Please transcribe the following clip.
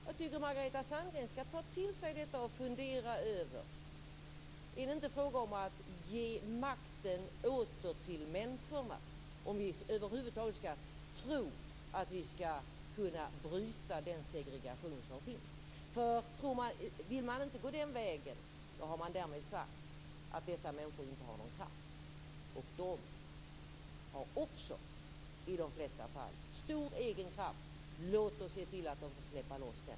Jag tycker att Margareta Sandgren borde ta till sig detta och fundera över om man inte åter skall ge makten till människorna, om vi över huvud taget skall kunna bryta den segregation som finns. Vill man inte gå den vägen, har man därmed sagt att dessa människor inte har någon kraft. Men de har också - i de flesta fall - stor egen kraft. Låt oss se till att de får släppa loss den.